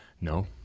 no